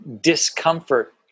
discomfort